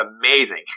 amazing